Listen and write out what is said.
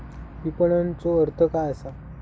विपणनचो अर्थ काय असा?